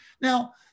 Now